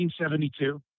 1972